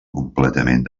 completament